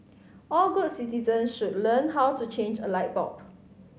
all good citizens should learn how to change a light bulb